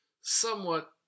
somewhat